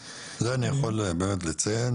את זה אני יכול באמת לציין